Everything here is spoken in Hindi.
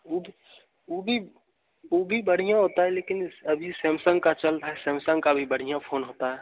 ऊद वो भी वो भी बढ़िया होता है लेकिन अभी सैमसंग का चल रहा है सैमसंग का भी बढ़िया फोन होता है